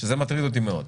שזה מטריד אותי מאוד.